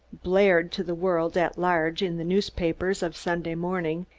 blared to the world at large in the newspapers of sunday morning,